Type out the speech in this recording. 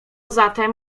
zatem